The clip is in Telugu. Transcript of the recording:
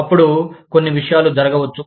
అప్పుడు కొన్ని విషయాలు జరగవచ్చు